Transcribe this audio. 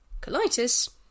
Colitis